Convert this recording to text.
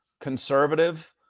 conservative